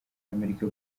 amerika